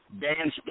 Dan